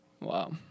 Wow